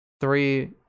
Three